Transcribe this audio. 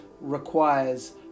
requires